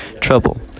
trouble